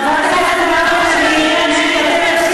חברת הכנסת מירב בן ארי,